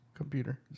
computer